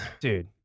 Dude